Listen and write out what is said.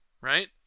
right